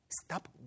Stop